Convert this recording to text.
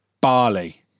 Barley